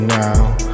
now